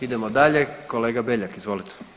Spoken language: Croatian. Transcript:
Idemo dalje, kolega Beljak, izvolite.